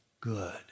good